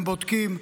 הם בודקים.